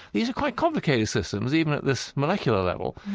these are quite complicated systems even at this molecular level.